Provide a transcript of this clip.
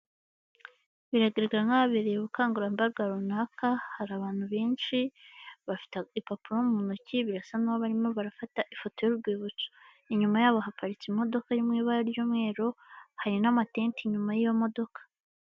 Biragaragara nk'ahabereye ubukangurambaga runaka, hari abantu benshi bafite igipapuro mu ntoki birasa naho barimo barafata ifoto y'urwibutso, inyuma yabo haparitse imodoka iri mu ibabura ry'umweru hari n'amatenti inyuma y'iyo modoka.